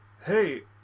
Hey